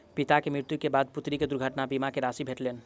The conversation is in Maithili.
पिता के मृत्यु के बाद पुत्र के दुर्घटना बीमा के राशि भेटलैन